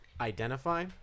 Identify